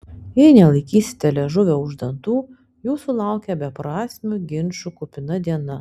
jei nelaikysite liežuvio už dantų jūsų laukia beprasmių ginčų kupina diena